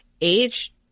age